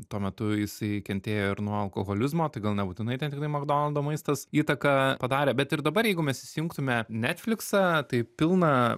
tuo metu jisai kentėjo ir nuo alkoholizmo tai gal nebūtinai ten tiktai makdonaldo maistas įtaką padarė bet ir dabar jeigu mes įsijungtume netfliksą tai pilna